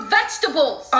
vegetables